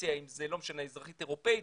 רוסיה או אזרחית אירופאית,